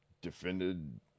defended